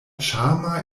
ĉarma